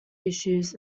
issues